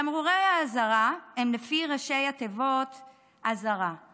תמרורי האזהרה הם לפי ראשי התיבות א',